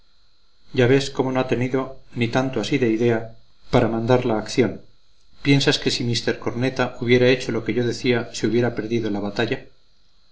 ya ves como no ha tenido ni tanto así de idea para mandar la acción piensas tú que si mr corneta hubiera hecho lo que yo decía se hubiera perdido la batalla